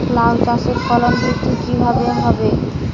লাউ চাষের ফলন বৃদ্ধি কিভাবে হবে?